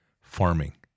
farming